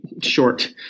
short